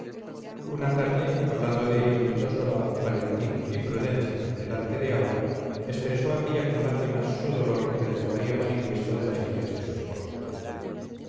una tarde hablando de ello vildósola valentín y prudencia delante de aura expresó aquella con lágrimas su dolor por el desvarío manifiesto de las ideas de su esposo